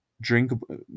drinkable